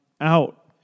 out